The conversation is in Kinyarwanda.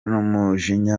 n’umujinya